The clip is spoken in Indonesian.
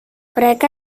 mereka